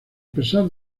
pesar